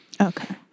Okay